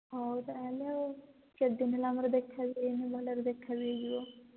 ହଉ ତା'ହେଲେ ଆଉ କେତେ ଦିନ ହେଲା ଆମର ଦେଖା ବି ହୋଇନି ଭଲରେ ଦେଖା ବି ହୋଇଯିବ